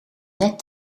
net